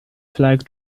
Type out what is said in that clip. flag